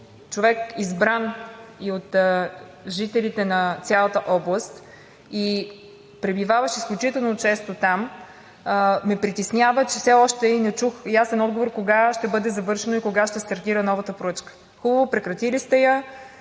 човек, избран от жителите на цялата област и пребиваващ изключително често там, ме притеснява, че все още – и не чух ясен отговор: кога ще бъде завършен? Кога ще стартира новата поръчка? Хубаво, прекратили сте я.